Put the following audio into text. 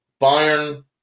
Bayern